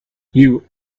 you